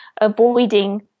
avoiding